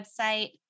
website